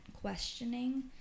questioning